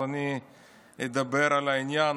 אז אני אדבר על העניין,